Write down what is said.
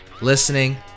listening